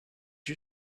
you